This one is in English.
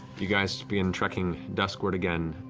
you guys begin trekking duskward again,